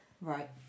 Right